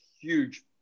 huge